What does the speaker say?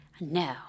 No